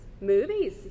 Movies